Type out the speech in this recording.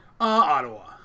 Ottawa